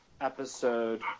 episode